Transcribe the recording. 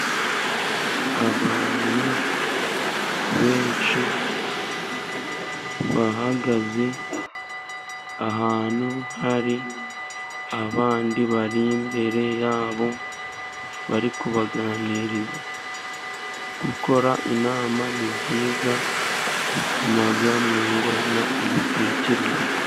Abantu benshi bahagaze ahantu, hari abandi bari imbere yabo; bari kubaganiriza. Gukora inama ni byiza bituma mwungurana ibitekerezo.